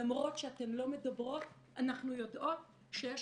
למרות שאתן לא מדברות אנחנו יודעות שיש